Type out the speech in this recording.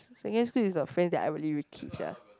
secondary school is the friends that I really will keep sia